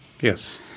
yes